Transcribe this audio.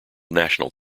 national